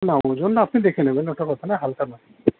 না ওজন আপনি দেখে নেবেন ওটার মতো না হালকা না